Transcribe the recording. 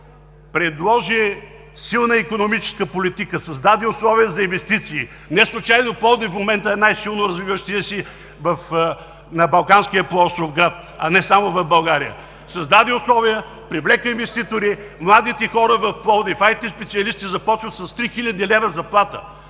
Предложи силна икономическа политика, създаде условия за инвестиции. Неслучайно Пловдив в момента е най-силно развиващият се на Балканския полуостров град, а не само в България. Създаде условия, привлече инвеститори. Младите хора в Пловдив, IT-специалистите започват с 3 хил. лв. заплата